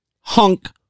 hunk